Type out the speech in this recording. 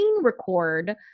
record